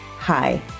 Hi